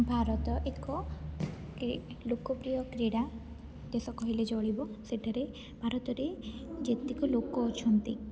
ଭାରତ ଏକ ଲୋକ ପ୍ରିୟ କ୍ରୀଡ଼ା ଦେଶ କହିଲେ ଚଳିବ ସେଠାରେ ଭାରତରେ ଯେତିକ ଲୋକ ଅଛନ୍ତି